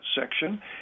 section